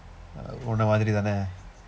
உன்ன மாதிரி தானே:unna maathiri thaanee